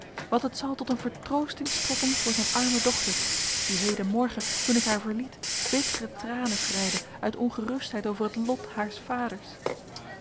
want het zal tot een vertroosting strekken voor zijn arme dochter die hedenmorgen toen ik haar verliet bittere tranen schreide uit ongerustheid over het lot haars vaders